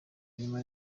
nyuma